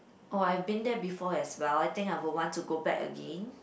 oh I been there before as well I think I will want to go back again